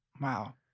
wow